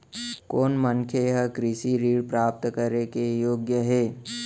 कोन मनखे ह कृषि ऋण प्राप्त करे के योग्य हे?